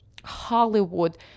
Hollywood